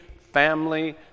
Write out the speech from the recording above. family